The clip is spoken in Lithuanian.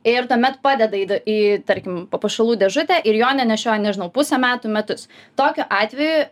ir tuomet padeda į da į tarkim papuošalų dėžutę ir jo nenešioja nežinau pusę metų metus tokiu atveju